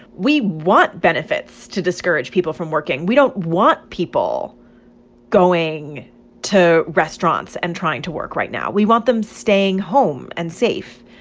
we want benefits to discourage people from working. we don't want people going to restaurants and trying to work right now. we want them staying home and safe.